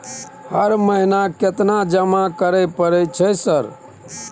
हर महीना केतना जमा करे परय छै सर?